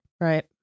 Right